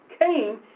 came